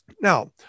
Now